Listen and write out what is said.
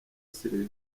sylvie